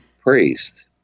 priest